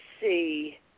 see